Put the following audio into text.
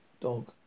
dog